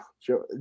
Joe